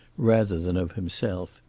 rather than of himself.